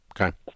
Okay